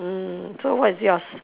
mm so what's yours